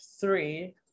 three